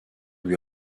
lui